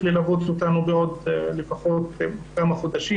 ללוות אותנו בעוד לפחות כמה חודשים,